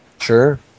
Sure